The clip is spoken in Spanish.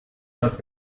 las